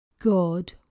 God